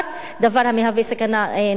דבר המהווה סכנה נוספת.